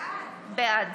בעד